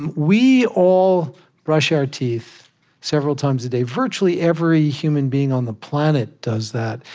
and we all brush our teeth several times a day. virtually every human being on the planet does that.